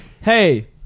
Hey